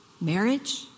marriage